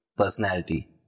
personality